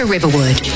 Riverwood